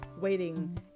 waiting